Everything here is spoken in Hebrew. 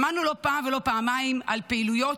שמענו לא פעם ולא פעמיים על פעילויות